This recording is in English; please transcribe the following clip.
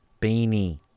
Beanie